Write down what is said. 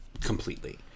completely